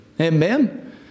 Amen